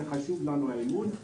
זה חשוב לנו מאוד,